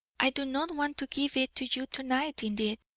i do not want to give it to you to-night indeed,